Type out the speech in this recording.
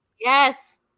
Yes